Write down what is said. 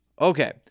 Okay